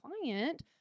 client